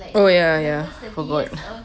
oh ya ya forgot